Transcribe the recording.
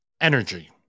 energy